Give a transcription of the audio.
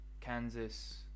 Kansas